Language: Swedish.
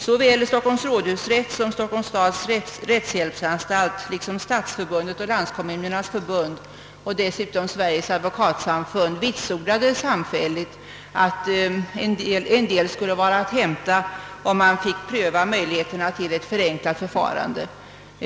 Såväl Stockholms rådhusrätt som Stockholms stads rättshjälpsanstalt liksom Stadsförbundet och Landskommunernas förbund och dessutom Sveriges Advokatsamfund vitsordade samfällt, att en del skulle vara att hämta om man fick pröva ett förenklat förfarande.